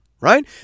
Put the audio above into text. right